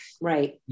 right